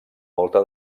volta